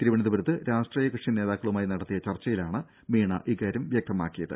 തിരുവനനന്തപുരത്ത് രാഷ്ട്രീയകക്ഷി നേതാക്കളുമായി നടത്തിയ ചർച്ചയിലാണ് മീണ ഇക്കാര്യം വ്യക്തമാക്കിയത്